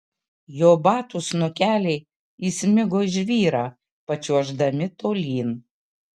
jo batų snukeliai įsmigo į žvyrą pačiuoždami tolyn